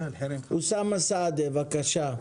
אוסאמה סעדי, בבקשה.